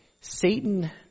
Satan